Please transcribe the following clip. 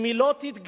אם היא לא תתגייס